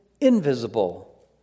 invisible